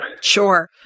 Sure